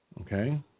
Okay